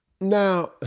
now